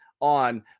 on